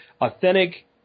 authentic